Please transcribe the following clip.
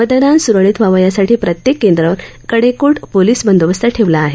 मतदान सुरळीत व्हावं यासाठी प्रत्येक केंद्रावर कडेकोट पोलीस बंदोबस्त ठेवला आहे